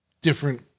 different